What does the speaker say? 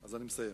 אז אני מסיים,